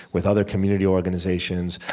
with other community organizations,